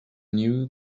knew